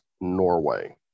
norway